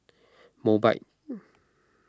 Mobike